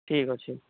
ଠିକ୍ ଅଛି